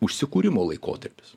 užsikūrimo laikotarpis